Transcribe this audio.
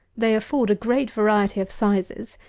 they afford a great variety of sizes,